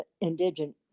indigent